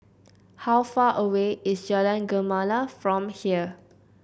how far away is Jalan Gemala from here